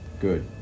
Good